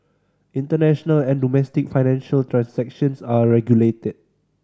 international and domestic financial transactions are regulated